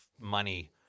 money